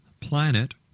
planet